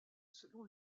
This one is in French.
selon